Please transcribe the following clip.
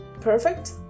perfect